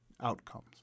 outcomes